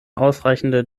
ausreichende